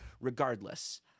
Regardless